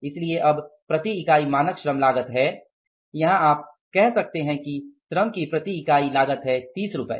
इसलिए अब प्रति इकाई मानक श्रम लागत है यहाँ आप कह सकते हैं कि श्रम की प्रति इकाई लागत है 30 रुपये